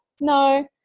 no